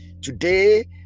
today